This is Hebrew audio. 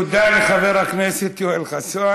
תודה לחבר הכנסת יואל חסון.